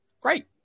great